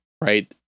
right